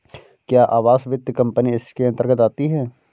क्या आवास वित्त कंपनी इसके अन्तर्गत आती है?